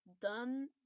done